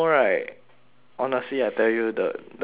honestly I tell you the the feeling like